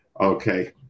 Okay